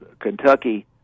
Kentucky